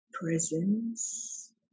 presence